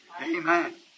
Amen